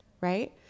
right